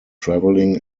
traveling